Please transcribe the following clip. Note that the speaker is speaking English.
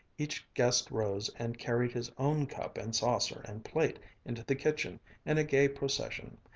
each guest rose and carried his own cup and saucer and plate into the kitchen in a gay procession,